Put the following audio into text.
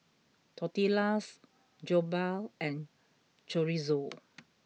Tortillas Jokbal and Chorizo